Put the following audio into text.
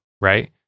right